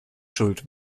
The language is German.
schuld